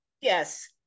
yes